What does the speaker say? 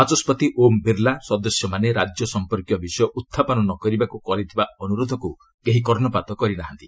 ବାଚସ୍କତି ଓମ୍ ବିର୍ଲା ସଦସ୍ୟମାନେ ରାଜ୍ୟ ସମ୍ପର୍କୀୟ ବିଷୟ ଉତ୍ଥାପନ ନ କରିବାକୁ କରିଥିବା ଅନୁରୋଧକୁ କେହି କର୍ଷପାତ କରି ନ ଥିଲେ